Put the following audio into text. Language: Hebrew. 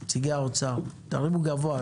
גבוה.